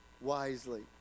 wisely